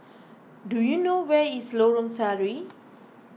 do you know where is Lorong Sari